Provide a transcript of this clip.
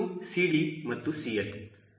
ಹಾಗೆ ಇಲ್ಲಿ ಒಂದು ಸಮತಟ್ಟಾದ ಭಾಗ ಇರುತ್ತದೆ